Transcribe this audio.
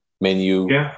menu